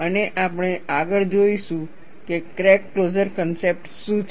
અને આપણે આગળ જોઈશું કે ક્રેક ક્લોઝર કન્સેપ્ટ શું છે